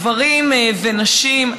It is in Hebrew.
גברים ונשים,